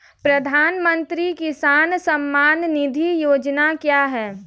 प्रधानमंत्री किसान सम्मान निधि योजना क्या है?